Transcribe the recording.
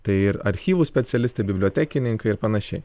tai ir archyvų specialistai bibliotekininkai ir panašiai